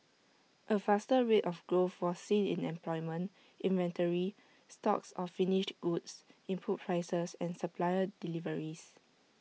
A faster rate of growth was seen in employment inventory stocks of finished goods input prices and supplier deliveries